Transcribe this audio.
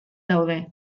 daude